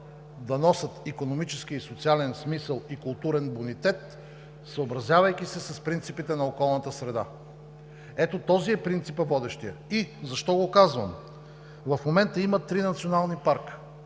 да носят икономически и социален смисъл, и културен имунитет, съобразявайки се с принципите на околната среда. Ето този е водещият принцип. И защо го казвам? В момента има три национални парка,